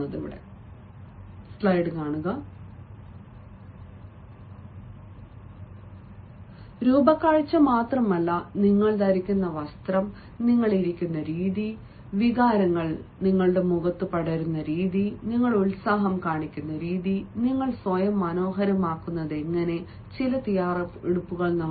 ഇത് രൂപകാഴ്ച്ചയാണ് അല്ല അത് രൂപകാഴ്ച മാത്രമല്ല നിങ്ങൾ ധരിക്കുന്ന വസ്ത്രം നിങ്ങൾ ഇരിക്കുന്ന രീതി വികാരങ്ങൾ നിങ്ങളുടെ മുഖത്ത് പടരുന്ന രീതി നിങ്ങൾ ഉത്സാഹം കാണിക്കുന്ന രീതി നിങ്ങൾ സ്വയം മനോഹരമാക്കുന്നതിന് ചില തയ്യാറെടുപ്പുകൾ നടത്തി